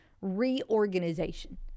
reorganization